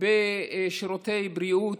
בשירותי בריאות.